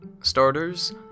starters